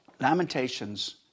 Lamentations